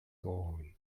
own